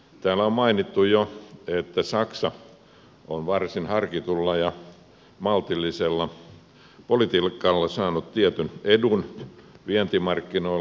täällä on mainittu jo että saksa on varsin harkitulla ja maltillisella politiikalla saanut tietyn edun vientimarkkinoilla